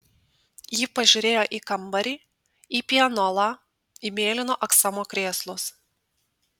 ji pažiūrėjo į kambarį į pianolą į mėlyno aksomo krėslus